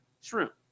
Shrimp